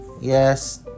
Yes